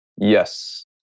Yes